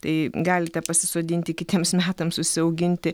tai galite pasisodinti kitiems metams užsiauginti